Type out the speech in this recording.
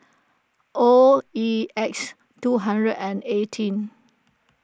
O E X two hundred and eighteen